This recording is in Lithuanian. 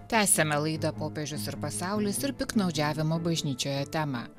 tęsiame laidą popiežius ir pasaulis ir piktnaudžiavimo bažnyčioje temą